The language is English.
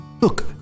Look